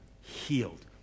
healed